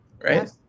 right